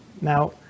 Now